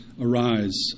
Arise